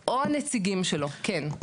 או נציגים שלו כן.